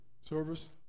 service